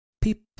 people